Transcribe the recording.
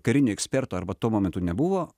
karinių ekspertų arba tuo momentu nebuvo